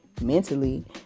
mentally